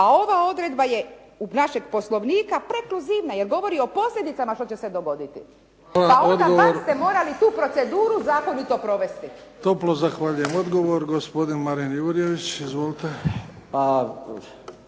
A ova odredba je u našeg Poslovnika prekluzivna jer govori o posljedicama što će se dogoditi. Pa onda bar ste morali tu proceduru zakonito provesti. **Bebić, Luka (HDZ)** Toplo zahvaljujem. Odgovor, gospodin Marin Jurjević. Izvolite.